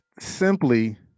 simply